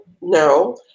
no